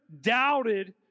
doubted